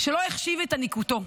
שלא החשיב את ענקיותו,